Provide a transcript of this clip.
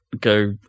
go